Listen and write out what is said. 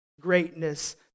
greatness